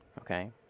okay